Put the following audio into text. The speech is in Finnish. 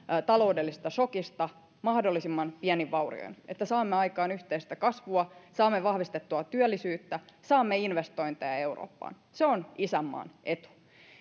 taloudellisesta sokista mahdollisimman pienin vaurioin että saamme aikaan yhteistä kasvua saamme vahvistettua työllisyyttä saamme investointeja eurooppaan se on isänmaan etu